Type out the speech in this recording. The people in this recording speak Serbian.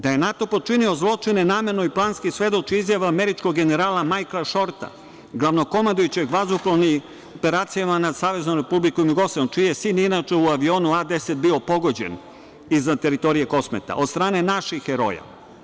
Da je NATO počinio zločine namerno i planski svedoči izjava američkog generala Majkla Šorta, glavnokomandujućeg vazdušnim operacijama nad Saveznom Republikom Jugoslavijom, čiji je sin, inače, u avionu A10 bio pogođen iznad teritorije Kosmeta od strane naših heroja.